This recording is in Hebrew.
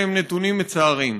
אלה הם נתונים מצערים.